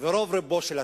ורוב רובו של הציבור.